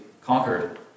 conquered